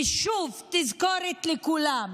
ושוב, תזכורת לכולנו: